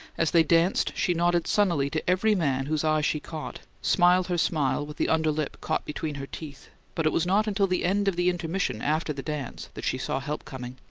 as they danced she nodded sunnily to every man whose eye she caught, smiled her smile with the under lip caught between her teeth but it was not until the end of the intermission after the dance that she saw help coming.